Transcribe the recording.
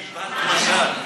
היא בת-מזל.